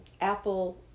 Apple